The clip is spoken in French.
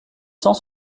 cent